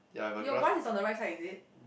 your grass is on the right side is it